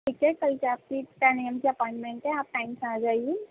ٹھیک ہے کل کی آپ کی ٹین اے ایم کی اپائنمنٹ ہے آپ ٹائم سے آ جائیے